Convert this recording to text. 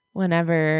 whenever